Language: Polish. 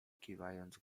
kiwając